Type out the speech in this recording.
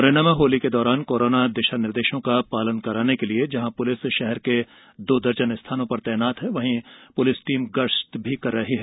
मुरैना में होली के दौरान कोरोना दिशा निर्देशों का पालन कराने के लिए पुलिस शहर कें दो दर्जन स्थानों पर तैनात है और पुलिस टीम गश्त कर रही है